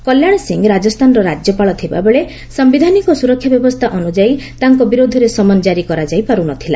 କଲ୍ୟାଣ ସିଂହ ରାଜସ୍ଥାନର ରାଜ୍ୟପାଳ ଥିବାବେଳେ ସାୟିଧାନିକ ସୁରକ୍ଷା ବ୍ୟବସ୍ଥା ଅନୁଯାୟୀ ତାଙ୍କ ବିରୁଦ୍ଧରେ ସମନ ଜାରି କରାଯାଇପାରୁ ନଥିଲା